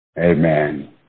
Amen